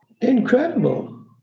incredible